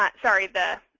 but sorry, the